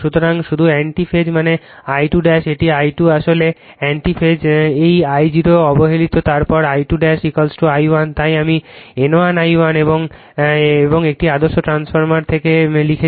সুতরাং শুধু অ্যান্টি ফেজে মানে I2 একটি I2 আসলে অ্যান্টি ফেজে এই I0 অবহেলিত তারপর I2 I1 তাই আমি N1 I1 এবং একটি আদর্শ ট্রান্সফরমার থেকে লিখেছি